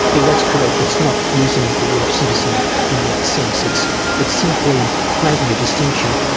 yeah that's correct, it's not using the word citizen in that sense, it's it's simply making a distinction,